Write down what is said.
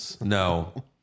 No